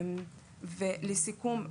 לסיכום,